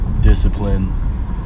discipline